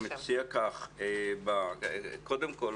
קודם כול,